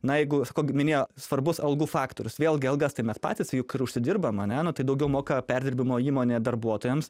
na jeigu sakau gi minėjo svarbus algų faktorius vėlgi algas tai mes patys juk ir užsidirbam ane daugiau moka perdirbimo įmonė darbuotojams